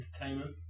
entertainment